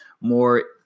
more